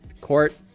court